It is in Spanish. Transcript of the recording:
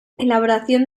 elaboración